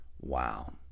Wow